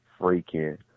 freaking